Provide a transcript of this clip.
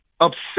upset